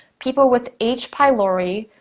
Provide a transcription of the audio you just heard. people with h pylori,